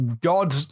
god